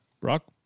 Brock